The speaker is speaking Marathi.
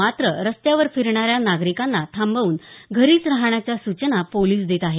मात्र रस्त्यावर फिरणाऱ्या नागरिकांना थांबवून घरीचं राहण्याच्या सूचना पोलीस देत आहेत